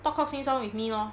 talk cock sing song with me lor